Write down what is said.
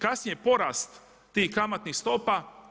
Kasnije porast tih kamatnih stopa.